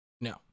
No